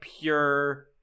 pure